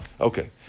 okay